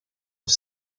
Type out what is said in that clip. off